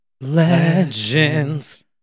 legends